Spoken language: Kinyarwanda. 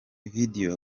video